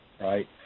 right